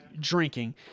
drinking